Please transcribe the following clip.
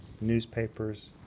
newspapers